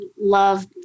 Love